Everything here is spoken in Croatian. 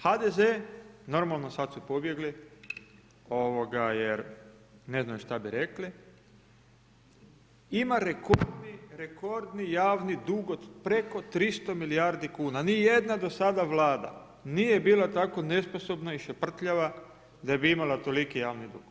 HDZ, normalno sad su pobjegli jer ne znaju šta bi rekli, ima rekordni javni dug od preko 300 milijardi kuna, nijedna do sada Vlada nije bila tako nesposobna i šeprtljava da bi imala toliki javni dug.